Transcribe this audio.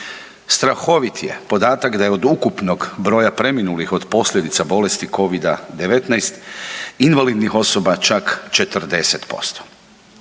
Strahovit je podatak da je od ukupnog broja preminulih od posljedica bolesti Covida-19 invalidnih osoba čak 40%.